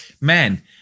man